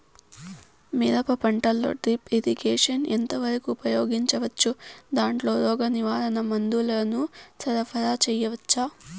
మిరప పంటలో drip irrigation ఎంత వరకు ఉపయోగించవచ్చు, దాంట్లో రోగ నివారణ మందుల ను సరఫరా చేయవచ్చా?